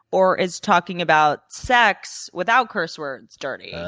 or is talking about sex without curse words dirty?